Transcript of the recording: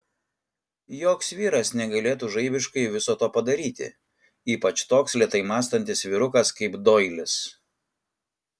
joks vyras negalėtų žaibiškai viso to padaryti ypač toks lėtai mąstantis vyrukas kaip doilis